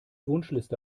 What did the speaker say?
wunschliste